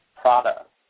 product